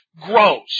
grows